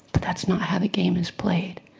but that's not how the game is played.